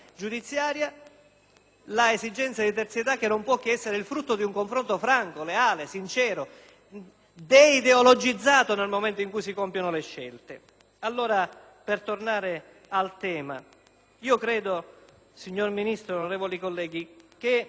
Tale esigenza di terzietà non può che essere il frutto di un confronto franco, leale, sincero, deideologizzato nel momento in cui si compiono le scelte. Per tornare al tema in questione, io credo, signor Ministro, onorevoli colleghi, che